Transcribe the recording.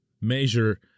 measure